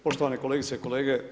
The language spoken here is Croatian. Poštovane kolegice i kolege.